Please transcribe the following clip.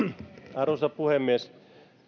arvoisa puhemies